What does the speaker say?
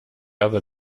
other